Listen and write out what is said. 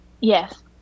Yes